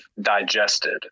digested